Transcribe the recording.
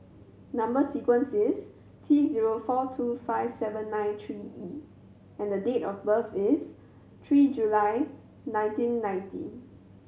number sequence is T zero four two five seven nine three E and date of birth is three July nineteen ninety